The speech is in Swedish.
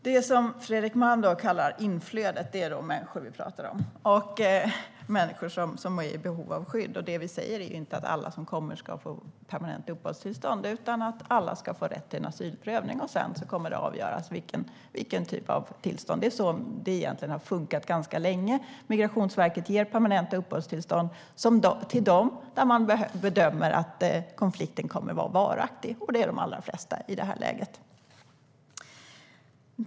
Herr talman! Det som Fredrik Malm kallar inflödet är alltså människor, människor som är i behov av skydd. Det vi säger är inte att alla som kommer ska få permanenta uppehållstillstånd utan att alla ska få rätt till en asylprövning. Sedan kommer det att avgöras vilken typ av uppehållstillstånd de får. Det är egentligen så det har funkat ganska länge. Migrationsverket ger permanenta uppehållstillstånd till dem som kommer från länder där konflikterna bedöms vara varaktiga, och det är de allra flesta i det här läget.